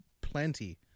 plenty